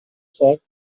for